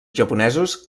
japonesos